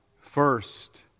first